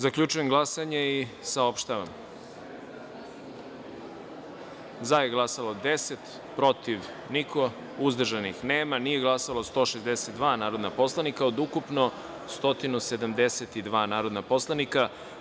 Zaključujem glasanje i saopštavam: za – 10, protiv – niko, uzdržanih – nema, nije glasalo 162 narodna poslanika od ukupno 172 narodna poslanika.